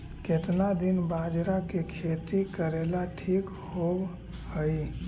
केतना दिन बाजरा के खेती करेला ठिक होवहइ?